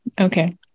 Okay